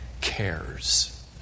cares